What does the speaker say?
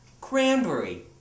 cranberry